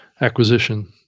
acquisition